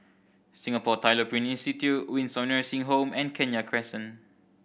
Singapore Tyler Print Institute Windsor Nursing Home and Kenya Crescent